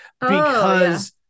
because-